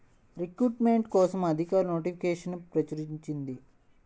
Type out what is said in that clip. recruitment కోసం అధికారిక నోటిఫికేషన్ను ప్రచురించింది